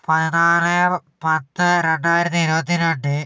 പതിനാല് പത്ത് രണ്ടായിരത്തി ഇരുപത്തി രണ്ട്